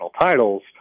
titles